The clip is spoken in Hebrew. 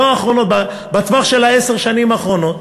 לא האחרונות אלא בטווח של עשר השנים האחרונות.